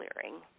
clearing